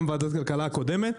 גם ועדת הכלכלה הקודמת,